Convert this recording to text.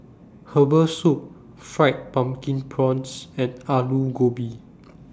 Herbal Soup Fried Pumpkin Prawns and Aloo Gobi